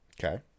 Okay